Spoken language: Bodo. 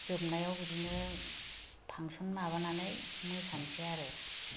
जोबनायाव बिदिनो फांसन माबानानै मोसानोसै आरो